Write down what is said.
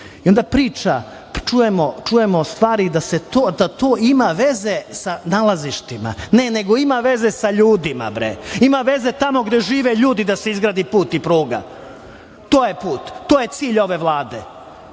godina. Čujemo stvari da to ima veze sa nalazištima. Ne, nego ima veze sa ljudima, bre! Ima veze tamo gde žive ljudi da se izgrade put i pruga! To je put! To je cilj ove Vlade